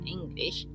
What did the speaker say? English